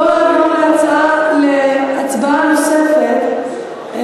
בואו נעבור להצבעה נוספת,